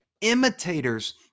imitators